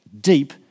deep